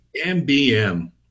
MBM